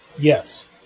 Yes